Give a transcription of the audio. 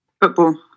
Football